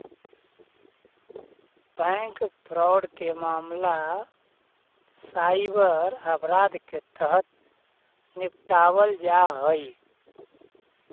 bank fraud के मामला cyber अपराध के तहत निपटावल जा हइ